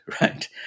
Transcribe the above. right